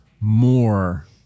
more